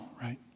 right